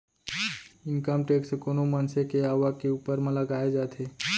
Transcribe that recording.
income tax कोनो मनसे के आवक के ऊपर म लगाए जाथे